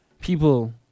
people